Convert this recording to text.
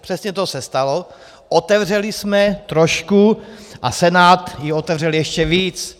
Přesně to se stalo, otevřeli jsme trošku, a Senát ji otevřel ještě víc.